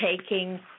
taking